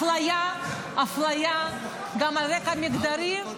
אפליה, אפליה, גם על רקע מגדרי.